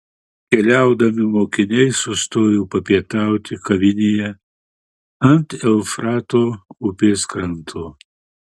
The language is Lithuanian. keliaudami mokiniai sustojo papietauti kavinėje ant eufrato upės kranto